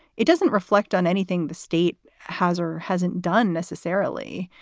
it doesn't reflect on anything the state has or hasn't done necessarily.